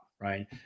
Right